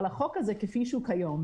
אבל החוק הזה כפי שהוא כיום,